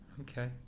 Okay